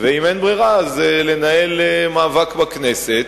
אם אין ברירה, לנהל מאבק בכנסת,